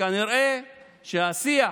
ושכנראה השיח